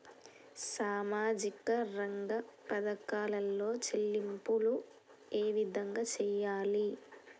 సామాజిక రంగ పథకాలలో చెల్లింపులు ఏ విధంగా చేయాలి?